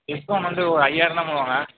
discount வந்து ஒரு ஐயாயிரம் தான் பண்ணுவாங்க